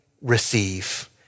receive